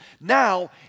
now